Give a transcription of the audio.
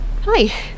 hi